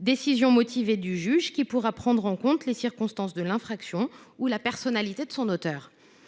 décision motivée du juge, qui pourra prendre en compte les circonstances de l’infraction ou la personnalité de son auteur.